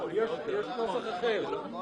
לא, יש נוסח אחר.